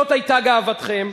זאת היתה גאוותכם.